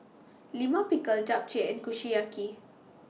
Lima Pickle Japchae and Kushiyaki